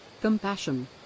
Compassion